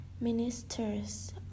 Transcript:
Minister's